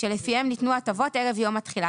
שלפיהם ניתנו הטבות ערב יום התחילה,